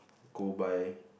go by